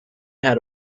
had